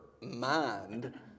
mind